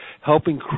helping